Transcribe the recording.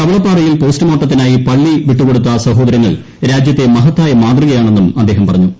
കവളപ്പാറയിൽ പോസ്റ്റ്മോർട്ടത്തിനായി പളളി വിട്ടുകൊടുത്ത സഹോദരങ്ങൾ രാജ്യത്തെ മഹത്തായ മാതൃകയാണെന്നും അദ്ദേഹം പറഞ്ഞു